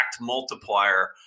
multiplier